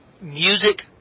music